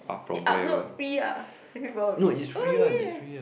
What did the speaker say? they upload free ah people will be oh yeah